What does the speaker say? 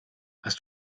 hast